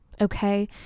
okay